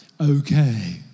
Okay